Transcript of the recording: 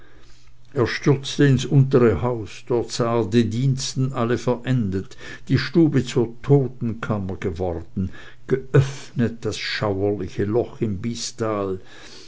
er stürzte ins untere haus dort sah er die diensten alle verendet die stube zur totenkammer geworden geöffnet das schauerliche loch im bystal